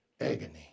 Agony